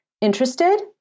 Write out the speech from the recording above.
Interested